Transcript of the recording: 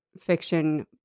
fiction